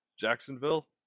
Jacksonville